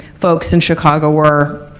folks in chicago were